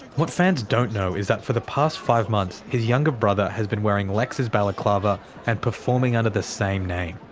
what fans don't know is that for the past five months, his younger brother has been wearing lekks' balaclava and performing under the same name.